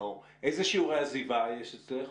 איזה שיעורי עזיבה יש אצלך